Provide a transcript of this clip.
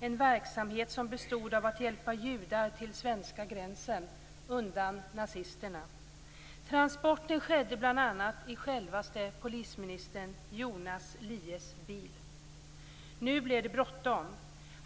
en verksamhet som bestod av att hjälpa judar till svenska gränsen - undan nazisterna. Transporten skedde bl.a. i självaste polisministern Jonas Lies bil. Nu blir det bråttom.